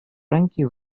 frankie